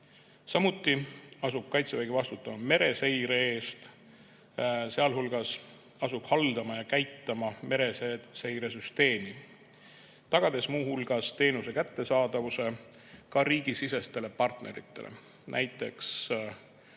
Samuti asub Kaitsevägi vastutama mereseire eest, sealhulgas asub haldama ja käitama mereseiresüsteemi, tagades muu hulgas teenuse kättesaadavuse ka riigisisestele partneritele, näiteks